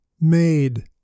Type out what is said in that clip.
Made